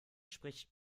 spricht